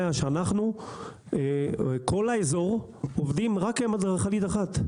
שכל האזור עובד רק עם אדריכלית אחת.